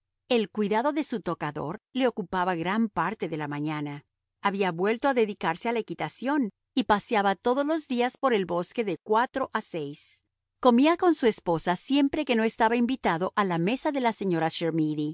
el cuidado de su tocador le ocupaba gran parte de la mañana había vuelto a dedicarse a la equitación y paseaba todos los días por el bosque de cuatro a seis comía con su esposa siempre que no estaba invitado a la mesa de la señora